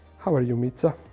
how are you meetah,